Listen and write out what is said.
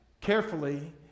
carefully